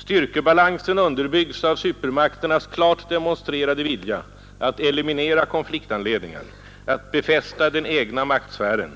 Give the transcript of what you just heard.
Styrkebalansen underbyggs av supermakternas klart demonstrerade vilja att eliminera konfliktanledningar, att befästa den egna maktsfären